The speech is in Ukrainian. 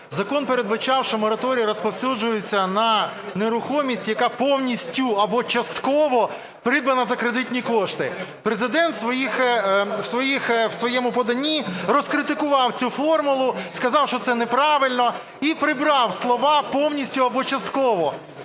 Закон передбачав, що мораторій розповсюджується на нерухомість, яка повністю або частково придбана за кредитні кошти. Президент у своєму поданні розкритикував цю формулу і сказав, що це неправильно і прибрав слова "повністю або частково",